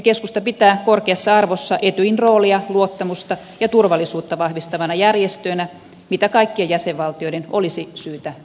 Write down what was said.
keskusta pitää korkeassa arvossa etyjin roolia luottamusta ja turvallisuutta vahvistavana järjestönä mitä kaikkien jäsenvaltioiden olisi syytä kunnioittaa